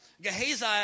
Gehazi